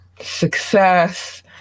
success